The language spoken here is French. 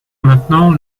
maintenant